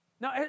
Now